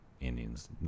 Indians